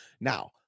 Now